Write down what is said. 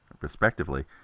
respectively